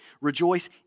Rejoice